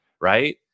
right